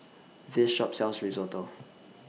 This Shop sells Risotto